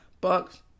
Bucks